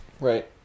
Right